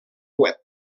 web